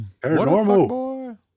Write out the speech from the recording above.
Paranormal